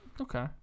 Okay